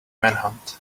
manhunt